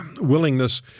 willingness